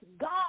God